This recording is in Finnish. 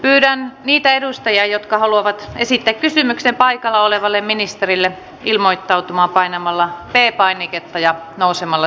pyydän niitä edustajia jotka haluavat esittää kysymyksen paikalla olevalle ministerille ilmoittautumaan painamalla p painiketta ja nousemalla seisomaan